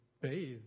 bathe